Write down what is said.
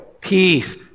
peace